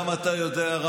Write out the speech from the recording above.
גם אתה יודע את האמת,